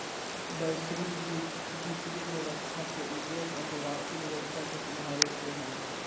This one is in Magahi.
वैश्विक वित्तीय व्यवस्था के उद्देश्य अन्तर्राष्ट्रीय व्यवस्था के सुधारे से हय